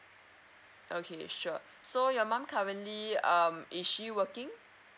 okay sure so your mum currently um is she working